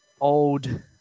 old